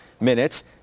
minutes